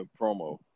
promo